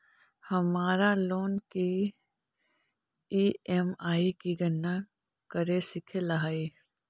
हमारा लोन की ई.एम.आई की गणना करे सीखे ला हई